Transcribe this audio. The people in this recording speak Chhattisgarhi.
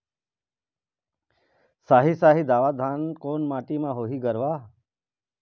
साही शाही दावत धान कोन माटी म होही गरवा?